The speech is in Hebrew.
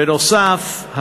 בנוסף,